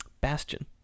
Bastion